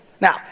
Now